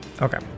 Okay